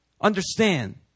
understand